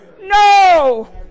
No